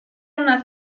una